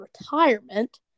retirement